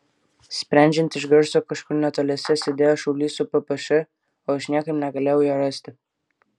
sprendžiant iš garso kažkur netoliese sėdėjo šaulys su ppš o aš niekaip negalėjau jo rasti